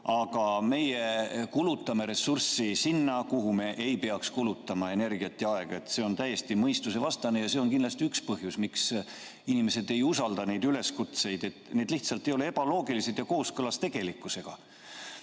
aga meie kulutame ressurssi sinna, kuhu me ei peaks kulutama energiat ja aega. See on täiesti mõistusevastane ja see on kindlasti üks põhjus, miks inimesed ei usalda neid üleskutseid, sest need lihtsalt ei ole loogilised ja kooskõlas tegelikkusega. Aga